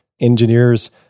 Engineers